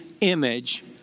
image